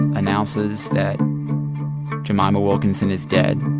announces that jemima wilkinson is dead.